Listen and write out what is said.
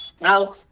no